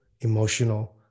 emotional